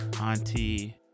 auntie